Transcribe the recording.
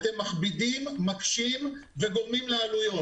אתם מכבידים, מקשים וגורמים לעלויות.